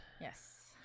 Yes